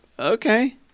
Okay